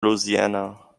louisiana